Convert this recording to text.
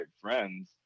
friends